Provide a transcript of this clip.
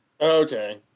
Okay